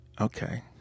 Okay